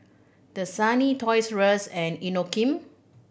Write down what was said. Dasani Toys Rus and Inokim